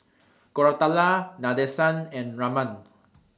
Koratala Nadesan and Raman